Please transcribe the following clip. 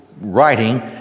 writing